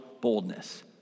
boldness